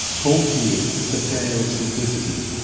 called here the prayer of simplicity.